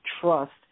trust